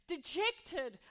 dejected